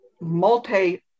multi-